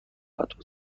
بود